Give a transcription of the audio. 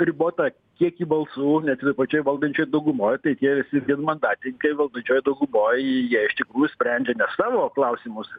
ribotą kiekį balsų net ir toj pačioj valdančioj daugumoj tai tie visi vienmandatininkai valdančiojoj daugumoj jie iš tikrųjų sprendžia ne savo klausimus